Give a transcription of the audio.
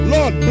Lord